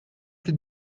plus